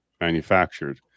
manufactured